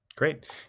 Great